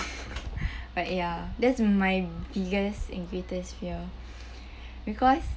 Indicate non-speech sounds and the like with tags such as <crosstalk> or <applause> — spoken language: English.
<noise> but ya that's my biggest and greatest fear because